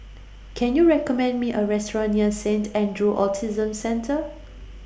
Can YOU recommend Me A Restaurant near Saint Andrew's Autism Centre